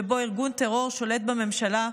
שבו ארגון טרור שולט בממשלה,